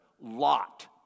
Lot